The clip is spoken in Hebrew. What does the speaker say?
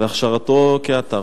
והכשרתו כאתר?